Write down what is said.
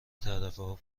تعرفه